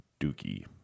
dookie